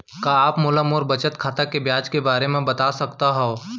का आप मोला मोर बचत खाता के ब्याज के बारे म बता सकता हव?